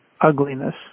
ugliness